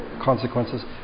consequences